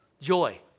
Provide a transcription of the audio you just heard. Joy